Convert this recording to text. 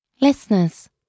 Listeners